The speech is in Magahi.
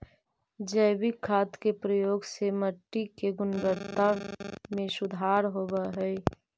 जैविक खाद के प्रयोग से मट्टी के गुणवत्ता में सुधार होवऽ हई